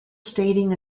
stating